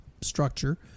structure